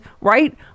right